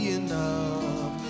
enough